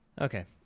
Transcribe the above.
Okay